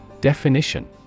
Definition